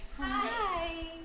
Hi